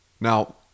Now